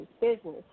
business